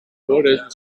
woorden